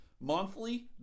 monthly